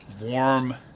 Warm